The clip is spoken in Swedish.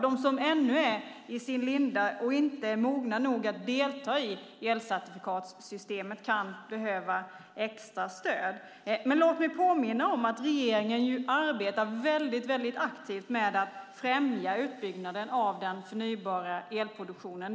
De som ännu är i sin linda och inte är mogna nog att delta i elcertifikatssystemet kan behöva extra stöd. Låt mig påminna om att regeringen arbetar aktivt med att främja utbyggnaden av den förnybara elproduktionen.